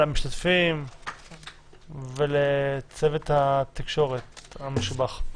למשתתפים ולצוות התקשורת המשובח.